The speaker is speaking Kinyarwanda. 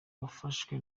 wafashwe